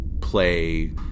play